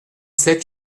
sept